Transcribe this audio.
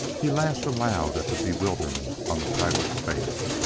he laughed aloud at the bewilderment on the pilot's face.